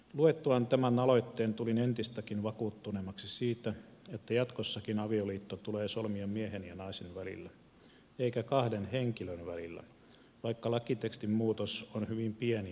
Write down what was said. luettuani tämän aloitteen tulin entistäkin vakuuttuneemmaksi siitä että jatkossakin avioliitto tulee solmia miehen ja naisen välillä eikä kahden henkilön välillä vaikka lakitekstin muutos on hyvin pieni ja yksinkertainen